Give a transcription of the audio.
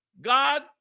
God